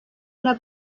una